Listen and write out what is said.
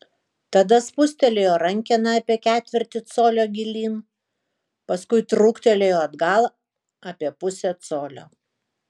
tada spustelėjo rankeną apie ketvirtį colio gilyn paskui trūktelėjo atgal apie pusę colio